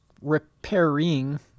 repairing